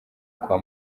kwa